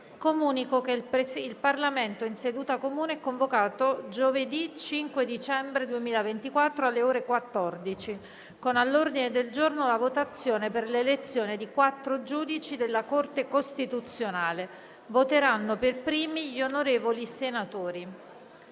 Comunico che il Parlamento in seduta comune è convocato giovedì 5 dicembre 2024, alle ore 14, con all'ordine del giorno la votazione per l'elezione di quattro giudici della Corte costituzionale. Voteranno per primi gli onorevoli senatori.